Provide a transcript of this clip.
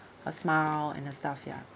her smile and her stuff ya